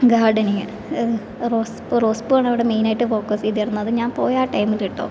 gardening റോസ്പൂ rose പൂ ആണ് അവിടെ മെയിനായിട്ട് ഫോക്കസ് ചെയ്തിരുന്നത് ഞാൻ പോയ ആ ടൈം കേട്ടോ